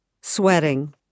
sweating